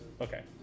okay